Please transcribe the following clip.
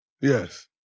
Yes